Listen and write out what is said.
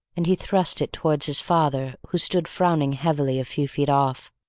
and he thrust it towards his father who stood frowning heavily a few feet off.